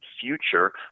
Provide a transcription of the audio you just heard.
future